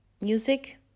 music